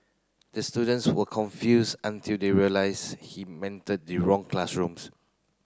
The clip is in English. the students were confused until they realised he entered the wrong classrooms